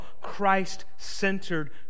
Christ-centered